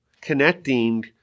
connecting